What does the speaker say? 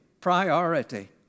Priority